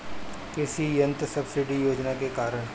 कृषि यंत्र सब्सिडी योजना के कारण?